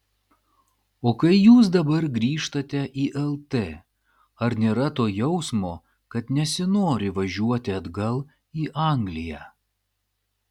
o kai jūs dabar grįžtate į lt ar nėra to jausmo kad nesinori važiuoti atgal į angliją